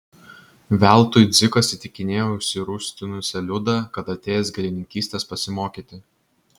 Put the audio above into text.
veltui dzikas įtikinėjo užsirūstinusią liudą kad atėjęs gėlininkystės pasimokyti